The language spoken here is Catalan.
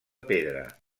pedra